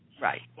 Right